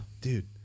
dude